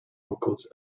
vocals